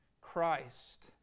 Christ